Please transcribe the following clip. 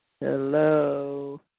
hello